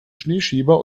schneeschieber